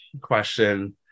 question